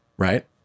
Right